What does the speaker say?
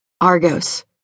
Argos